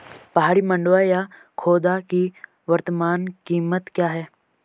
पहाड़ी मंडुवा या खोदा की वर्तमान कीमत क्या है?